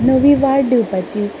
नवी वाट दिवपाची